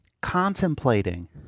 contemplating